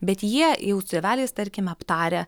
bet jie jau su tėveliais tarkim aptarę